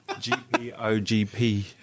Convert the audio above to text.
G-P-O-G-P